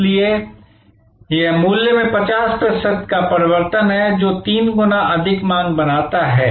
इसलिए यह मूल्य में 50 प्रतिशत का परिवर्तन है जो 3 गुना अधिक मांग बनाता है